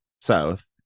south